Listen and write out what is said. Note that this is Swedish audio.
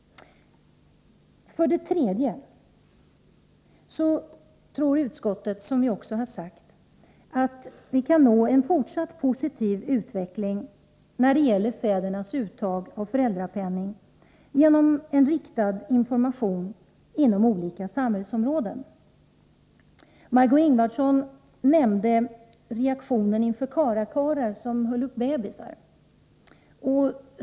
För det tredje: Utskottet tror, som vi också har sagt i betänkandet, att vi kan nå en fortsatt positiv utveckling när det gäller fädernas uttag av föräldrapenning genom en riktad information inom olika samhällsområden.